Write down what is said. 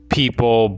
people